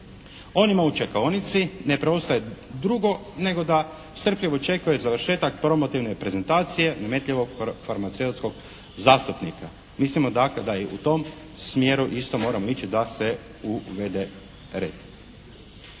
Onima u čekaonici ne preostaje drugo nego da strpljivo čekaju završetak promotivne prezentacije nametljivog farmaceutskog zastupnika. Mislimo dakle da i u tom smjeru isto moramo ići da se uvede red.